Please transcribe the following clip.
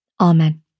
Amen